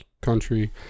country